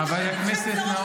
אני לא אגיד.